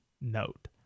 note